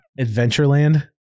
Adventureland